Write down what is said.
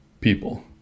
people